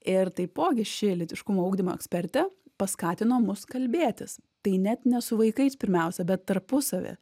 ir taipogi ši lytiškumo ugdymo ekspertė paskatino mus kalbėtis tai net ne su vaikais pirmiausia bet tarpusavy